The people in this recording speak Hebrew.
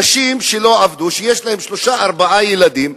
נשים שלא עבדו, שיש להן שלושה-ארבעה ילדים,